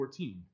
14